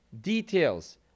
details